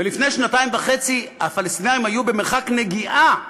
ולפני שנתיים וחצי הפלסטינים היו במרחק נגיעה